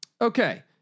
Okay